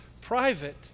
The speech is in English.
private